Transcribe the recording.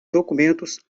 documentos